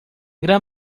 gran